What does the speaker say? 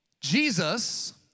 Jesus